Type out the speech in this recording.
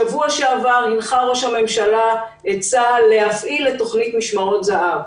בשבוע שעבר הנחה ראש הממשלה את צה"ל להפעיל את תוכנית "משמרות זהב".